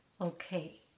Okay